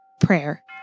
prayer